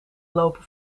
lopen